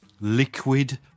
liquid